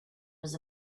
was